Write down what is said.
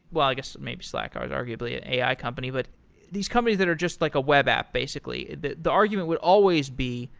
well i guess, maybe slack is arguably an a i. company. but these companies that are just like a web app, basically. the the argument would always be,